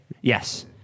Yes